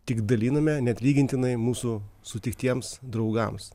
tik daliname neatlygintinai mūsų sutiktiems draugams